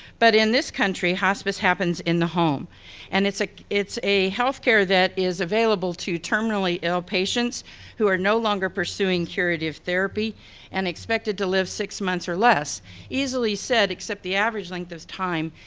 but in this country, hospice happens in the home and it's like it's a health care that is available to terminally ill patients who are no longer pursuing curative therapy and expected to live six months or less easily said, except the average length of time,